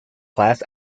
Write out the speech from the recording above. class